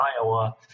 Iowa